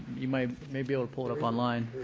you might may be able to pull it up online.